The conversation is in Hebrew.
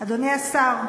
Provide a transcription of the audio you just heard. אדוני השר,